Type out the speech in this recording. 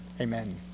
Amen